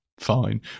Fine